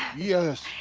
yes?